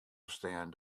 ferstean